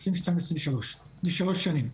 2022 ול-2023, לשלוש שנים.